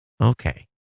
okay